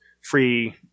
free